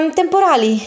temporali